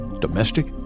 domestic